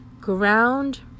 ground